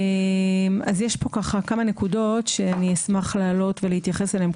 יש פה כמה נקודות שאני אשמח להעלות ולהתייחס אליהן.